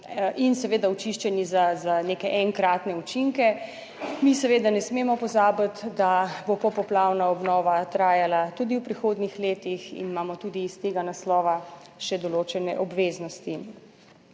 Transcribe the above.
in seveda očiščeni za neke enkratne učinke. Mi seveda ne smemo pozabiti, da bo popoplavna obnova trajala tudi v prihodnjih letih in imamo tudi iz tega naslova še določene obveznosti.